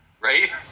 Right